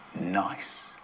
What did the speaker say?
Nice